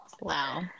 Wow